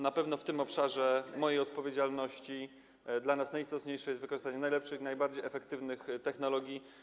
Na pewno w tym obszarze mojej odpowiedzialności dla nas najistotniejsze jest wykorzystanie najlepszych i najbardziej efektywnych technologii.